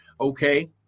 Okay